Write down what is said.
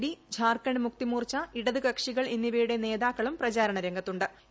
D Jharkhand Mukti Morcha ഇടതുകക്ഷികൾ എന്നിവയുടെ നേതാക്കളും പ്രചാരണ രംഗത്തു്